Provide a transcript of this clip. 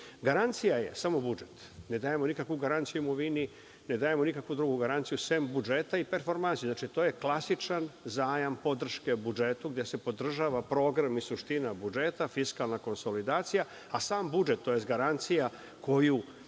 godišnje. Garancija je samo budžet. Ne dajemo nikakvu garanciju u imovini, ne dajemo nikakvu drugu garanciju sem budžeta i performansi. Znači, to je klasičan zajam podrške budžetu gde se podržava program i suština budžeta, fiskalna konsolidacija, a sam budžet tj. garancija koju